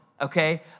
okay